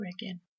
again